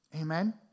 Amen